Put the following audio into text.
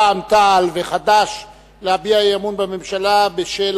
רע"ם-תע"ל וחד"ש להביע אי-אמון בממשלה בשל